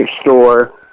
store